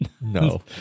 No